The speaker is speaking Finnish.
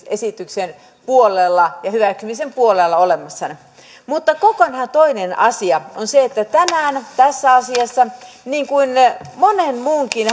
esityksen puolella ja hyväksymisen puolella mutta kokonaan toinen asia on se että tänään tässä asiassa niin kuin monen muunkin